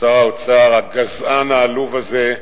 שר האוצר, הגזען העלוב הזה,